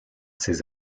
ces